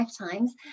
lifetimes